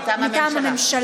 לא, לא.